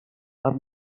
are